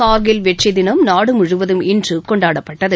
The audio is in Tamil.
கார்கில் வெற்றி தினம் நாடு முழுவதும் இன்று கொண்டாடப்பட்டது